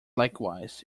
likewise